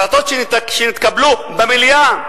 החלטות שנתקבלו במליאה,